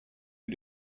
you